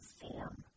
form